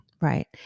Right